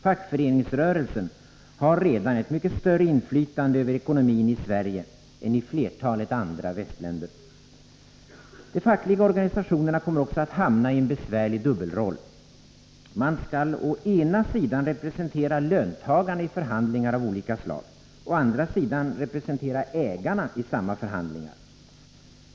Fackföreningsrörelsen har redan ett mycket större inflytande över ekonomin i Sverige än i flertalet andra västländer. De fackliga organisationerna kommer också att hamna i en besvärlig dubbelroll. Man skall å ena sidan representera löntagarna i förhandlingar av olika slag, å andra sidan representera ägarna i samma förhandlingar.